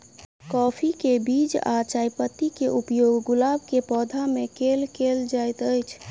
काफी केँ बीज आ चायपत्ती केँ उपयोग गुलाब केँ पौधा मे केल केल जाइत अछि?